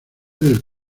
del